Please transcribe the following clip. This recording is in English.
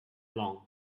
long